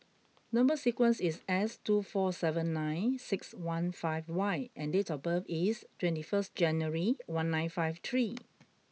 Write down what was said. number sequence is S two four seven nine six one five Y and date of birth is twenty first January one nine five three